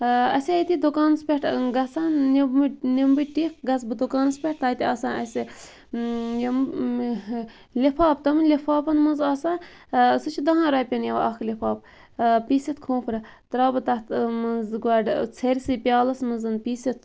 اَسہِ ییٚتی دُکانَس پٮ۪ٹھ گَژھان نِمہٕ بہٕ نِمہٕ بہٕ ٹِکھ گَژھٕ بہٕ دُکانَس پٮ۪ٹھ تَتہٕ آسان اَسہِ یِم لِفاف تِم لِفافن مَنٛز آسان سُہ چھُ دَہَن رۄپیَن یِوان اکھ لِفاف پیٖسِتھ کھوٗپرٕ تراوٕ بہٕ تتھ مَنٛز گۄڈٕ ژھٔرسٕے پیالَس مَنٛز پیٖسِتھ